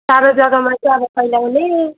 टाढो जग्गामा चाहिँ अब कहिले आउने